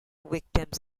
victims